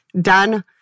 Done